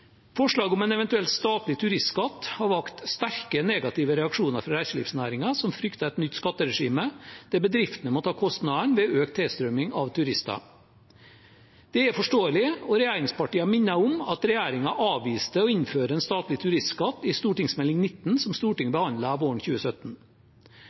om en eventuell statlig turistskatt har vakt sterke, negative reaksjoner fra reiselivsnæringen, som frykter et nytt skatteregime der bedriftene må ta kostnadene med økt tilstrømming av turister. Det er forståelig, og regjeringspartiene minner om at regjeringen avviste å innføre en statlig turistskatt i Meld. St. 19 for 2016–2017, som Stortinget